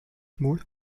mode